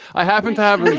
i haven't had